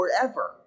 forever